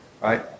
right